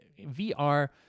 VR